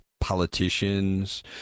politicians